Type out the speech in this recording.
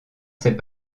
ces